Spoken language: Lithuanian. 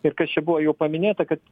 ir kas čia buvo jau paminėta kad